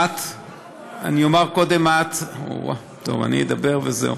אני אומר קודם, אוה, טוב, אני אדבר וזהו.